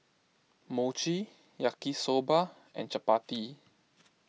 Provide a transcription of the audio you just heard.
Mochi Yaki Soba and Chapati